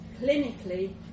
Clinically